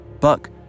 Buck